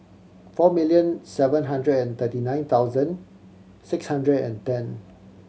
four million seven hundred and thirty nine thousand six hundred and ten